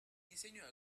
diseño